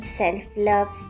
self-love